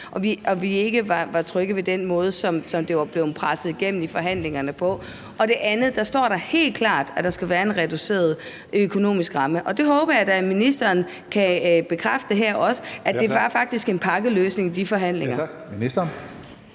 og vi ikke var trygge ved den måde, det var blevet presset igennem i forhandlingerne på. For det andet står der helt klart, at der skal være en reduceret økonomisk ramme. Det håber jeg da at ministeren kan bekræfte her, altså at det faktisk var en pakkeløsning med de forhandlinger.